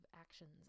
actions